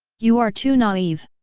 you are too naive.